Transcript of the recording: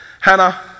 Hannah